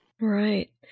Right